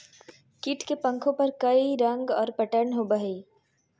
कीट के पंखों पर रंग और पैटर्न होबो हइ